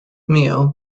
meal